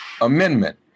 Amendment